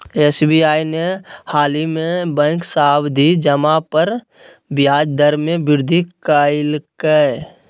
SBI ने हालही में बैंक सावधि जमा पर ब्याज दर में वृद्धि कइल्कय